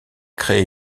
créé